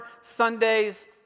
Sundays